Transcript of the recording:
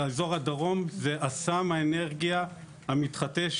לאזור הדרום זה --- האנרגיה המתחדשת